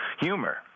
humor